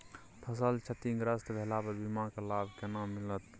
फसल क्षतिग्रस्त भेला पर बीमा के लाभ केना मिलत?